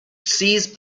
ceased